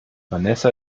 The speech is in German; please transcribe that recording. vanessa